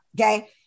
Okay